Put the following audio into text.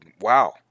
wow